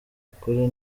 ukuri